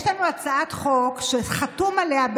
יש לנו הצעת חוק שחתום עליה,